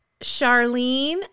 Charlene